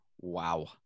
wow